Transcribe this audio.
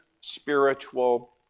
spiritual